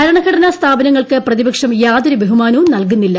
ഭരണഘടനാ സ്ഥാപനങ്ങൾക്ക് പ്രതിപക്ഷം യാതൊരു ബഹുമാനവും നൽകുന്നില്ല